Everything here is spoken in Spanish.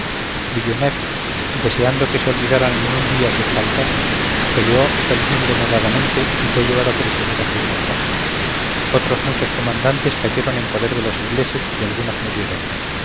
villeneuve deseando que se olvidaran en un día sus faltas peleó hasta el fin denodadamente y fue llevado prisionero a gibraltar otros muchos comandantes cayeron en poder de los ingleses y algunos murieron